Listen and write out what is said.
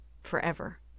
forever